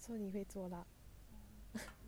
so 你会做 lah